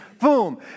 boom